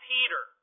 Peter